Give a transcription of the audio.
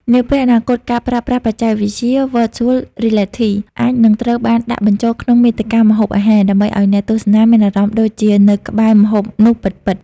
នាពេលអនាគត ការប្រើប្រាស់បច្ចេកវិទ្យា Virtual Reality អាចនឹងត្រូវបានដាក់បញ្ចូលក្នុងមាតិកាម្ហូបអាហារ ដើម្បីឱ្យអ្នកទស្សនាមានអារម្មណ៍ដូចជានៅក្បែរម្ហូបនោះពិតៗ។